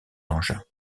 engins